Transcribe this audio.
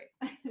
great